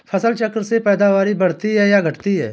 फसल चक्र से पैदावारी बढ़ती है या घटती है?